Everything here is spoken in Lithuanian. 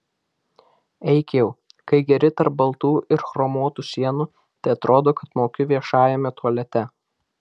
eik jau kai geri tarp baltų ir chromuotų sienų tai atrodo kad mauki viešajame tualete